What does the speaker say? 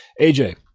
AJ